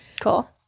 Cool